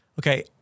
Okay